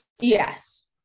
yes